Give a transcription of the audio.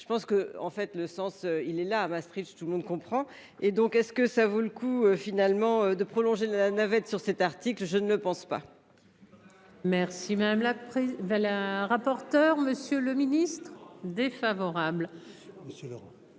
Je pense que en fait le sens il est là à Maastricht, tout le monde comprend et donc est-ce que ça vaut le coup finalement de prolonger la navette sur cet article, je ne le pense pas. À ce. Merci madame la va la rapporteure. Monsieur le Ministre défavorable